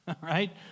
right